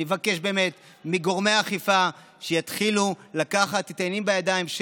אני מבקש באמת מגורמי האכיפה שיתחילו לקחת את העניינים בידיים,